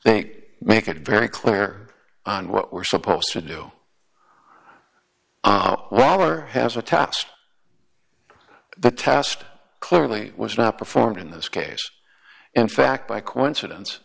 they make it very clear on what we're supposed to do well or has a task the task clearly was not performed in this case in fact by coincidence